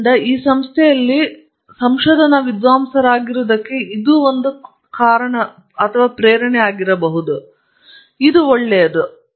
ಆದ್ದರಿಂದ ನೀವು ಈ ಸಂಸ್ಥೆಯಲ್ಲಿ ಸಂಶೋಧನಾ ವಿದ್ವಾಂಸರಾಗಿರುವುದಕ್ಕೆ ಒಂದು ಕಾರಣವಾಗಬಹುದು ಇದು ಒಳ್ಳೆಯದು